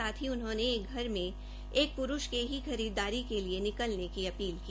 साथ ही उन्होंने एक घर से एक पुरूष के ही खरीददारी के लिए निकलने की अपील की